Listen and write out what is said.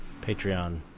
Patreon